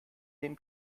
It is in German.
den